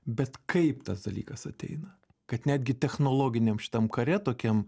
bet kaip tas dalykas ateina kad netgi technologiniam šitam kare tokiam